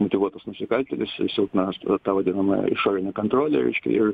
motyvuotas nusikaltėlis si silpna astra ta vadinamoji išorinė kontrolė reiškia ir